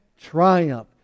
triumph